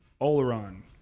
Oleron